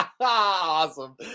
awesome